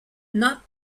not